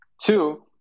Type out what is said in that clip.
Two